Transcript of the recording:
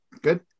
Good